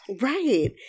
Right